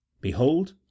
Behold